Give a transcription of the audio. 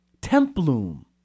Templum